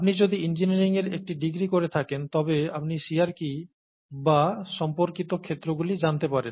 আপনি যদি ইঞ্জিনিয়ারিংয়ের একটি ডিগ্রি করে থাকেন তবে আপনি শিয়ার কি বা সম্পর্কিত ক্ষেত্রগুলি জানতে পারেন